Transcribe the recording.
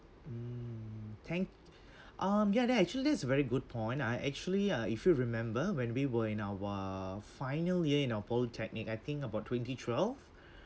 hmm thank uh yeah that actually is a very good point I actually uh if you remember when we were in our final year in our polytechnic I think about twenty twelve